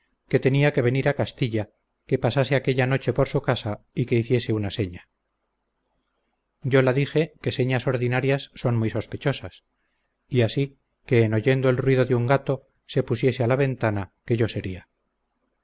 que tenía que venir a castilla que pasase aquella noche por su casa y que hiciese una seña yo la dije que señas ordinarias son muy sospechosas y así que en oyendo el ruido de un gato se pusiese a la ventana que yo seria